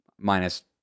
minus